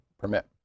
permit